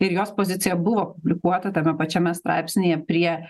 ir jos pozicija buvo publikuota tame pačiame straipsnyje prie